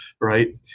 right